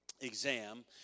exam